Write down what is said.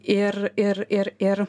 ir ir ir ir